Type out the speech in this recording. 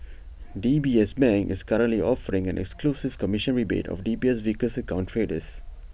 D B S bank is currently offering an exclusive commission rebate for D B S Vickers account traders